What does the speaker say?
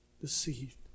deceived